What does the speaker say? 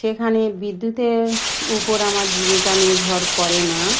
সেখানে বিদ্যুতের উপর আমার জীবিকা নির্ভর করে না